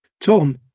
Tom